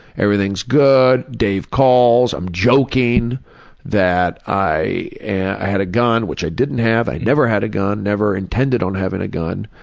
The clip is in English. everything's good, dave calls, i'm joking that i i had a gun, which i didn't have. i never had a gun, never intended on having a gun.